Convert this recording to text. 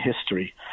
history